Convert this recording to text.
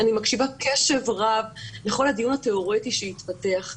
אני מקשיבה קשב רב לכל הדיון התיאורטי שהתפתח כאן.